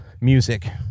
music